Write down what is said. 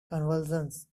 convulsions